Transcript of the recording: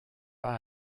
pas